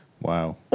Wow